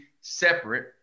separate